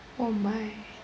oh my